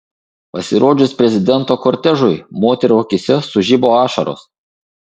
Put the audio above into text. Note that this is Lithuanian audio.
pasirodžius prezidento kortežui moterų akyse sužibo ašaros